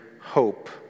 hope